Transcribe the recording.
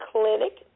Clinic